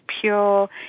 pure